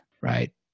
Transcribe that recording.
Right